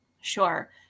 Sure